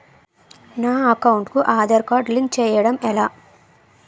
నా అకౌంట్ కు Aadhaar card link చేయడం ఎలా?